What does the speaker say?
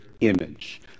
image